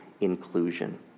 inclusion